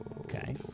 Okay